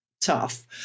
tough